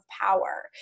power